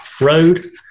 Road